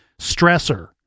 stressor